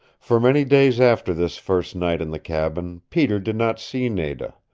for many days after this first night in the cabin, peter did not see nada.